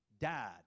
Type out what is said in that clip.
died